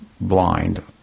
blind